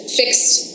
fixed